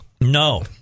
No